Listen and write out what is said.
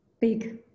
big